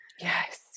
yes